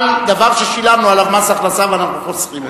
דבר ששילמנו עליו מס הכנסה ואנחנו חוסכים אותו?